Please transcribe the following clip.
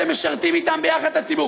אתם משרתים אתם ביחד את הציבור,